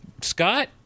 Scott